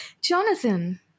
Jonathan